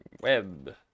Web